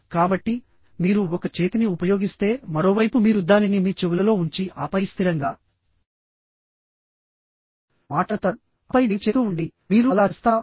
కాబట్టి మీరు ఒక చేతిని ఉపయోగిస్తే మరోవైపు మీరు దానిని మీ చెవులలో ఉంచి ఆపై స్థిరంగా మాట్లాడతారు ఆపై డ్రైవ్ చేస్తూ ఉండండి మీరు అలా చేస్తారా